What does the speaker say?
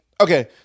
okay